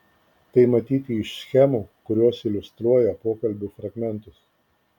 tai matyti iš schemų kurios iliustruoja pokalbių fragmentus